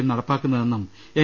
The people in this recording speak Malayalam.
എം നടപ്പാക്കുന്നതെന്നും എൻ